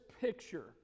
picture